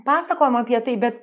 pasakojam apie tai bet